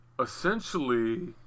essentially